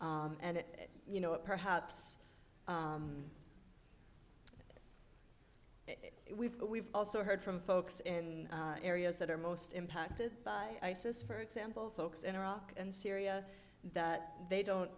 and it you know perhaps we've we've also heard from folks in areas that are most impacted by i says for example folks in iraq and syria that they don't